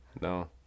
No